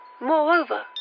Moreover